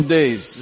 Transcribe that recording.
days